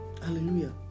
Hallelujah